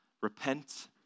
repent